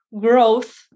growth